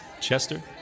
Chester